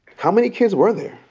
how many kids were there?